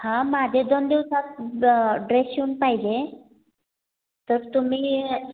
हां माझे दोन दिवसात ड्रेस शिवून पाहिजे तर तुम्ही